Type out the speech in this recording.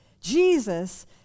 Jesus